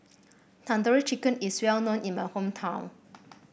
Tandoori Chicken is well known in my hometown